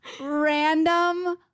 random